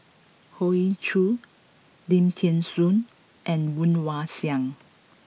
Hoey Choo Lim Thean Soo and Woon Wah Siang